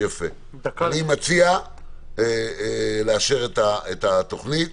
אני מציע לאשר את התוכנית